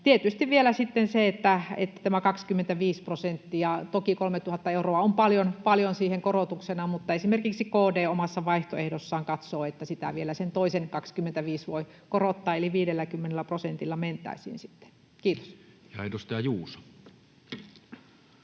Tietysti vielä sitten se, että tämä 25 prosenttia, 3 000 euroa on toki paljon siihen korotuksena, mutta esimerkiksi KD omassa vaihtoehdossaan katsoo, että sitä vielä sen toisen 25 voi korottaa, eli 50 prosentilla mentäisiin. — Kiitos. [Speech 64]